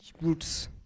Roots